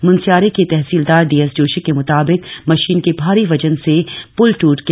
मुनस्यारी के तहसीलदार डीएस जोशी के म्ताबिक मशीन के भारी वजन से प्ल टूट गया